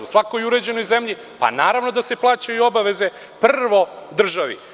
U svakoj uređenoj zemlji naravno da se plaćaju obaveze prvo državi.